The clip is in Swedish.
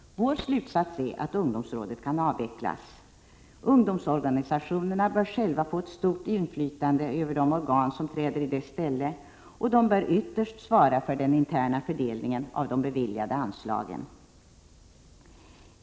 Vår slutsats är att ungdomsrådet kan avvecklas. Ungdomsorganisationerna bör själva få ett stort inflytande över de organ som träder i dess ställe, och de bör ytterst svara för den interna fördelningen av de beviljade anslagen.